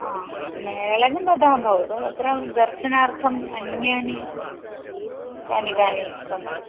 आ मेलनं ददाति भवतु अत्र दर्शनार्थम् अन्यानि कानि कानि सन्ति